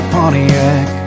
Pontiac